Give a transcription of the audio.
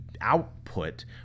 output